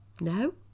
No